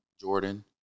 Jordan